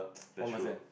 the truth